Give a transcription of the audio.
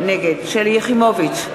נגד שלי יחימוביץ,